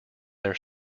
their